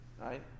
right